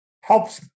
helps